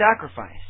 sacrifice